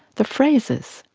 the phrases,